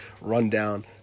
rundown